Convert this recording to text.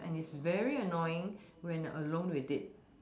and is very annoying when alone with it